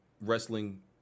wrestling